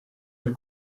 nel